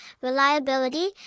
reliability